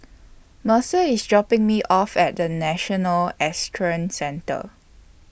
Mercer IS dropping Me off At The National Equestrian Centre